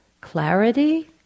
clarity